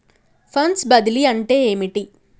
Funds బదిలీ అంటే ఏమిటి?